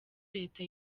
leta